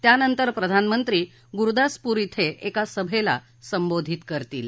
त्यानंतर प्रधानमंत्री गुरुदासपूर शि एका सभेला संबोधित करतील